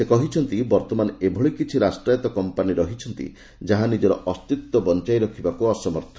ସେ କହିଛନ୍ତି ବର୍ତ୍ତମାନ ଏଭଳି କିଛି ରାଷ୍ଟ୍ରାୟତ କମ୍ପାନୀ ରହିଛନ୍ତି ଯାହା ନିଜର ଅସ୍ତିତ୍ୱ ବଞ୍ଚାଇ ରଖିବାକୁ ଅସମର୍ଥ